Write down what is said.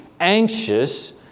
Anxious